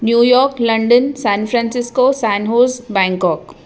New York London San Francisco sanchez Bangkok